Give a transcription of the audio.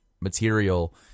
material